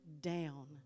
down